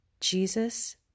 Jesus